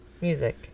music